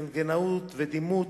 רנטגנאות ודימות,